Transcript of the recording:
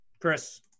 chris